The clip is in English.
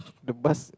the bus